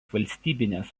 valstybinės